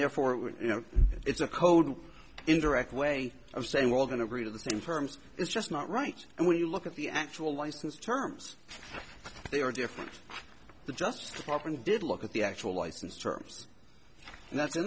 therefore you know it's a code an indirect way of saying we're all going to redo the same terms it's just not right and when you look at the actual license terms they are different the justice department did look at the actual license terms and that's